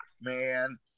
man